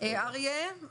בבקשה,